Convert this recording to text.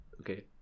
Okay